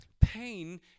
pain